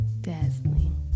dazzling